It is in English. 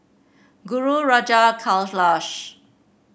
Guru Raja Kailash